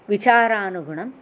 विचारानुगुणं